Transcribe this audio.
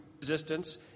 resistance